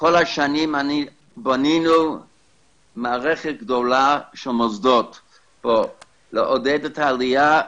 כל השנים בנינו מערכת גדולה של מוסדות פה לעודד את העלייה.